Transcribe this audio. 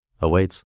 awaits